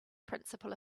principle